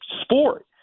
sport